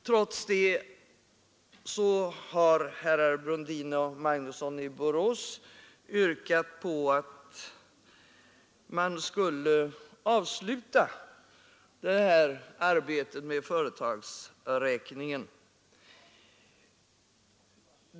Trots detta har herrar Brundin och Magnusson i Borås i motion yrkat på att man skulle avsluta arbetet med företagsräkningen.